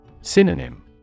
Synonym